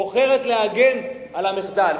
בוחרת להגן על המחדל.